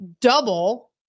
double